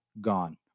gone